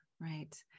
Right